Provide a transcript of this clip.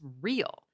real